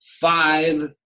five